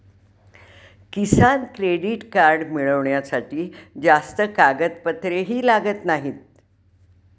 किसान credit card मिळवण्यासाठी जास्त कागदपत्रेही लागत नाहीत